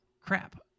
crap